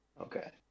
Okay